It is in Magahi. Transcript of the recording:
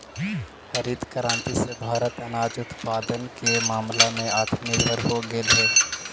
हरित क्रांति से भारत अनाज उत्पादन के मामला में आत्मनिर्भर हो गेलइ हे